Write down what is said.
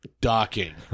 Docking